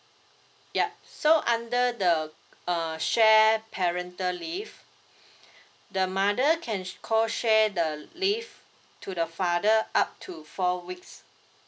yup so under the uh share parental leave the mother can co share the leave to the father up to four weeks